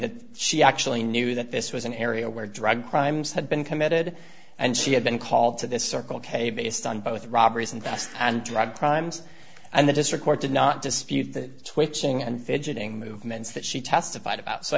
that she actually knew that this was an area where drug crimes had been committed and she had been called to this circle k based on both robberies in the past and drug crimes and the district court did not dispute the twitching and fidgeting movements that she testified about